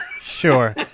sure